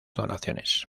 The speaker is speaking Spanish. donaciones